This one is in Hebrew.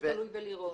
זה תלוי בלירון.